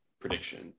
prediction